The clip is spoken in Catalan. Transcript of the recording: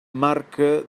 marca